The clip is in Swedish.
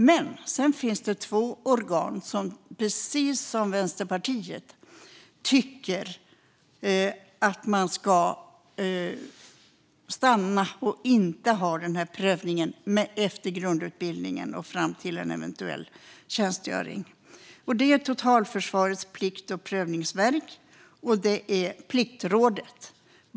Men det finns två organ som precis som Vänsterpartiet tycker att man ska stanna och inte ha den här prövningen efter grundutbildningen och fram till eventuell tjänstgöring. Det är Totalförsvarets plikt och prövningsverk och Pliktrådet.